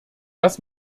dass